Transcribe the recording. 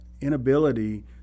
inability